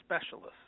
specialists